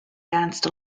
danced